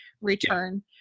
return